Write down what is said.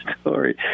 story